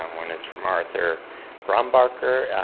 um one is from arthur brombacker.